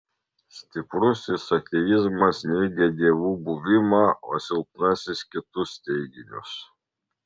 stiprusis ateizmas neigia dievų buvimą o silpnasis kitus teiginius